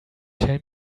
tell